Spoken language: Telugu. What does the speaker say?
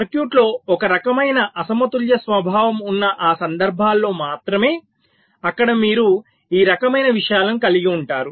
సర్క్యూట్లో ఒక రకమైన అసమతుల్య స్వభావం ఉన్న ఆ సందర్భాలలో మాత్రమే అక్కడ మీరు ఈ రకమైన విషయాలను కలిగి ఉంటారు